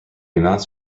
amounts